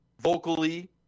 vocally